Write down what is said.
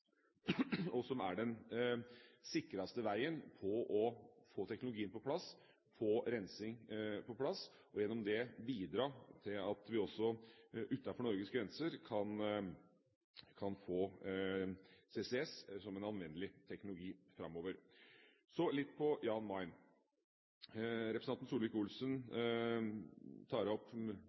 og som er den sikreste veien for å få teknologien på plass, få rensing på plass og gjennom det bidra til at vi også utenfor Norges grenser kan få CCS som en anvendelig teknologi framover. Så litt om Jan Mayen. Representanten Solvik-Olsen tok opp